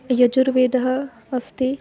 यजुर्वेदः अस्ति